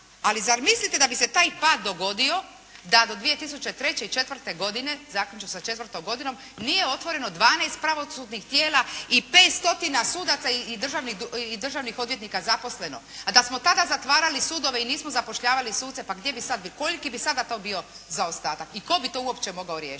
Ali zamislite da bi se taj pad dogodio, da do 2003. i 04. godine, zaključno sa '04. godinom, nije otvoreno 12 pravosudnih tijela i 5 stotina sudaca i državnih odvjetnika zaposleno. A da smo tada zatvarali sudove i nismo zapošljavali suce pa gdje bi sada, koliki bi sada to bio zaostatak. I tko bi to uopće mogao riješiti?